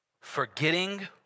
Forgetting